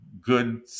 good